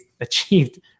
achieved